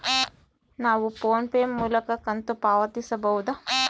ನಾವು PhonePe ಮೂಲಕ ಕಂತು ಪಾವತಿಸಬಹುದಾ?